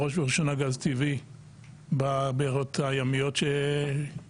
בראש ובראשונה גז טבעי בבארות הימיות שגילינו,